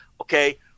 okay